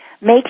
make